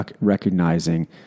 recognizing